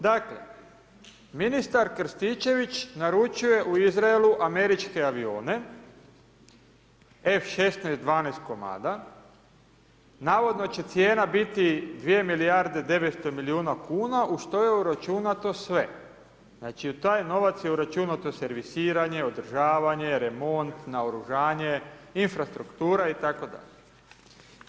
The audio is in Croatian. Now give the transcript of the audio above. Dakle ministar Krstičević naručuje u Izraelu američke avione F-16, 12 komada, navodno će cijena biti 2 milijarde 900 milijuna kuna, u što je uračunato sve, znači u taj novac je uračunato servisiranje, održavanje, remont, naoružanje, infrastruktura i tako dalje.